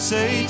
Say